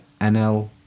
NL